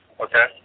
Okay